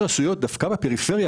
בפריפריה,